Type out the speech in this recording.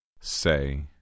Say